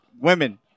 women